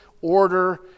order